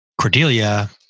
Cordelia